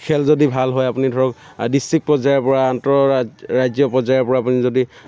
খেল যদি ভাল হয় আপুনি ধৰক ডিষ্ট্ৰিক্ট পৰ্যায়ৰ পৰা আন্তঃ ৰাজ্যিক পৰ্যায়ৰ পৰা আপুনি যদি